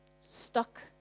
stuck